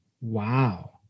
Wow